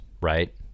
right